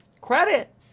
Credit